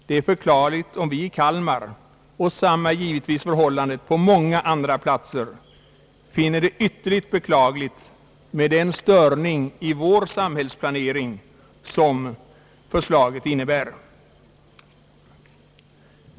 Det är förklarligt om vi i Kalmar — och detsamma är givetvis förhållandet på många andra platser — finner det ytterligt beklagligt med den störning i vår samhällsplanering som förslaget innebär.